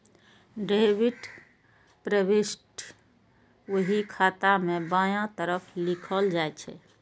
debit प्रवृष्टि बही खाता मे बायां तरफ लिखल जाइ छै